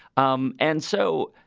um and so,